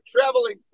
traveling